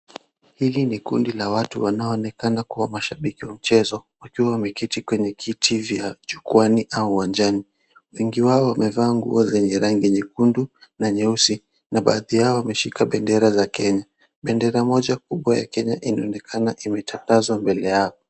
Hili ni kundi la watu wanaonekana kuwa mashabiki wa mchezo, wakiwa wameketi kwenye kiti vya jukwani au uwanjani. Wengi wao wamevaa nguo zenye rangi nyekundu na nyeusi na baaadhi yao wameshika bendera za Kenya. Bendera moja kubwa ya Kenya inaonekana imetandazwa mbele yao.